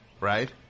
Right